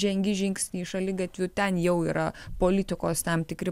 žengi žingsnį šaligatviu ten jau yra politikos tam tikri